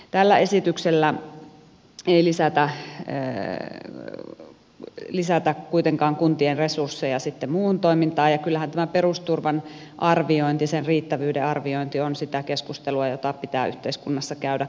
tällä esityksellä ei lisätä kuitenkaan kuntien resursseja sitten muuhun toimintaan ja kyllähän tämä perusturvan arviointi sen riittävyyden arviointi on sitä keskustelua jota pitää yhteiskunnassa käydä koko ajan